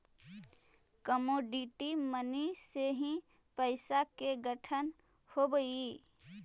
commodity money से ही पैसा के गठन होवऽ हई